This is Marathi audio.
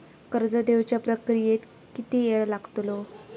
कर्ज देवच्या प्रक्रियेत किती येळ लागतलो?